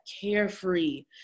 carefree